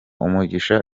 umugisha